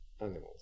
animals